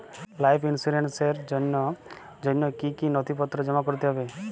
Life ইন্সুরেন্সর জন্য জন্য কি কি নথিপত্র জমা করতে হবে?